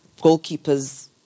goalkeepers